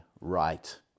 right